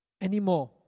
anymore